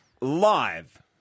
Live